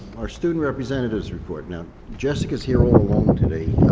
our student representatives report, now jessica's here all alone today.